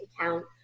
account